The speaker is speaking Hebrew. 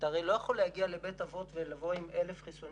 אתה הרי לא יכול להגיע לבית אבות עם 1,000 חיסונים